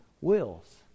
wills